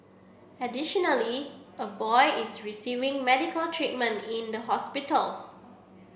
additionally a boy is receiving medical treatment in the hospital